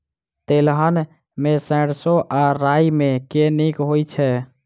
तेलहन मे सैरसो आ राई मे केँ नीक होइ छै?